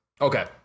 Okay